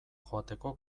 joateko